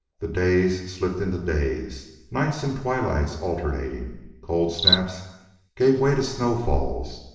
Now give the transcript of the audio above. the days slipped into days, nights and twilight's alternating, cold snaps gave way to snow-falls,